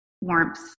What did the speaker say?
warmth